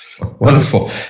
Wonderful